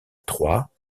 trois